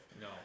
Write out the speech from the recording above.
No